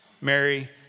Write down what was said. Mary